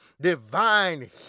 divine